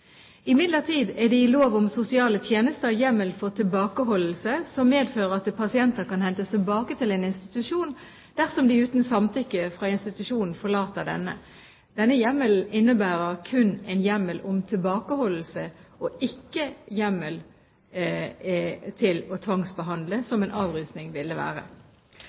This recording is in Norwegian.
Imidlertid er det i lov om sosiale tjenester hjemmel for tilbakeholdelse, som medfører at pasienter kan hentes tilbake til en institusjon dersom de uten samtykke fra institusjonen forlater denne. Denne hjemmelen innebærer kun en hjemmel om tilbakeholdelse og ikke hjemmel til å tvangsbehandle, som en avrusning ville være.